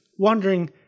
Wondering